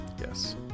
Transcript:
Yes